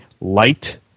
light